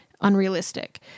unrealistic